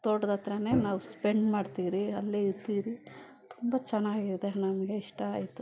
ತೋಟದ ಹತ್ರನೇ ನಾವು ಸ್ಪೆಂಡ್ ಮಾಡ್ತೀವ್ರಿ ಅಲ್ಲೇ ಇರ್ತೀವ್ರಿ ತುಂಬ ಚೆನ್ನಾಗಿದೆ ನನಗೆ ಇಷ್ಟ ಆಯಿತು